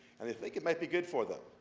and they think it might be good for them.